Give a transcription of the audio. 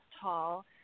tall